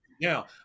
Now